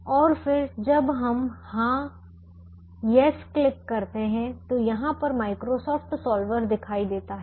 और फिर जब हम हाँ कहते हैं तो यहाँ पर माइक्रोसॉफ्ट सोलवर दिखाई देता है